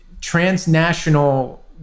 transnational